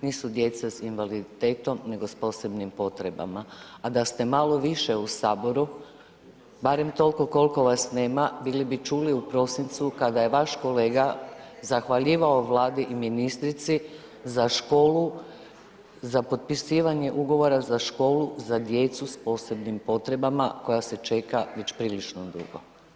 Nisu djeca s invaliditetom nego s posebnim potrebama, a da ste malo više u saboru, barem toliko koliko vas nema bili bi čuli u prosincu kada je vaš kolega zahvaljivao Vladi i ministrici za školu, za potpisivanje ugovora za školu za djecu s posebnim potrebama koja se čeka već prilično dugo.